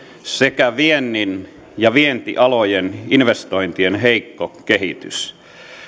sekä viennin ja vientialojen investointien heikko kehitys